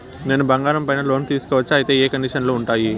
నేను బంగారం పైన లోను తీసుకోవచ్చా? అయితే ఏ కండిషన్లు ఉంటాయి?